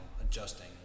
adjusting